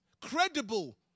credible